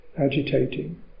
agitating